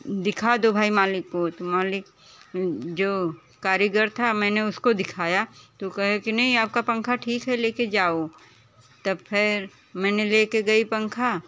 दिखा दो भाई मालिक को तो मालिक जो कारीगर था मैंने उसको दिखाया तो कहे की नहीं आपका पंखा ठीक है ले के जाओ तब फेर मैंने ले के गई पंखा